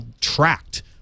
tracked